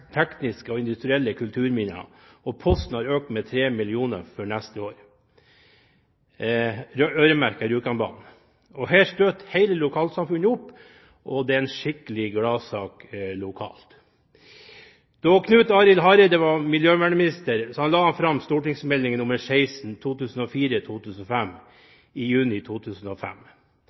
tekniske og industrielle kulturminnene, og posten har økt med 3 mill. kr for neste år, øremerket Rjukanbanen. Her støtter hele lokalsamfunnet opp, og det er en skikkelig gladsak lokalt. Da Knut Arild Hareide var miljøvernminister, la han fram St.meld. nr. 16 for 2004–2005, i juni 2005.